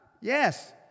Yes